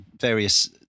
various